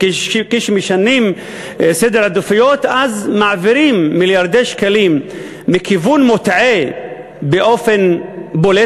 כשמשנים סדר עדיפויות מעבירים מיליארדי שקלים מכיוון מוטעה באופן בולט